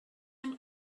him